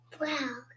Wow